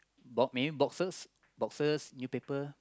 bob me boxes boxes new paper